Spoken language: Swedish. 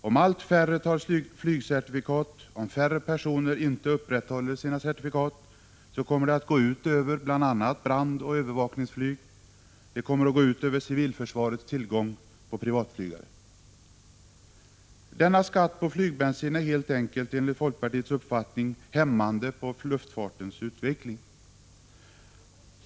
Om allt färre tar flygcertifikat och om flera personer inte upprätthåller sina certifikat, kommer det att gå ut bl.a. över brandoch övervakningsflyg och över civilförsvarets tillgång på privatflygare. Denna skatt på flygbensin är, enligt folkpartiets uppfattning, helt enkelt hämmande på luftfartens utveckling.